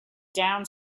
down